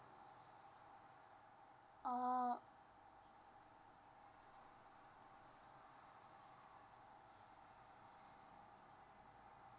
oh